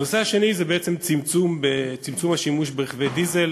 הנושא השני זה צמצום השימוש ברכבי דיזל,